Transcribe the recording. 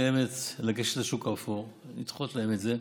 קיימת לגשת לשוק האפור כדי לדחות להם את זה,